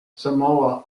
samoa